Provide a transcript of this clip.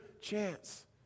chance